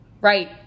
right